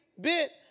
bit